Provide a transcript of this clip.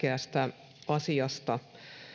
ja tärkeästä asiasta